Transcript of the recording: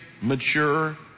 mature